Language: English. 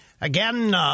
again